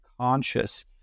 conscious